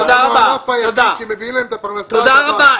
תודה רבה.